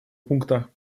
пункта